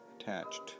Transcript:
attached